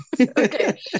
Okay